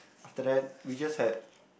after that we just had